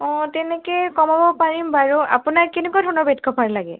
অঁ তেনেকে কমাব পাৰিম বাৰু আপোনাক কেনেকুৱা ধৰণৰ বেডকভাৰ লাগে